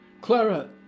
Clara